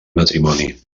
matrimoni